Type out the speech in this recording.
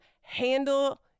handle